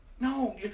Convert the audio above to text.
No